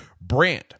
brand